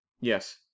Yes